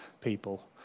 people